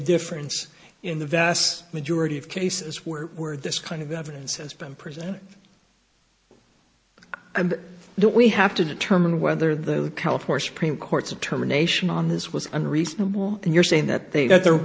difference in the vast majority of cases where where this kind of evidence has been presented and then we have to determine whether the california supreme court's a terminations on this was unreasonable and you're saying that they got the